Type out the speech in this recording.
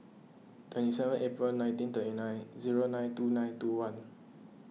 twenty seven April nineteen thirty nine zero nine two nine two one